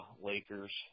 Lakers